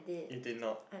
it did not